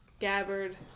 Gabbard